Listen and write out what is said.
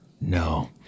No